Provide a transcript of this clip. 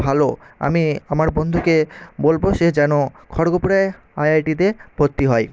ভালো আমি আমার বন্ধুকে বলবো সে যেন খড়্গপুরে আইআইটিতে ভর্তি হয়